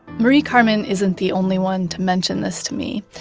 marie-carmen isn't the only one to mention this to me.